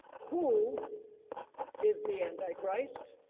who is the antichrist.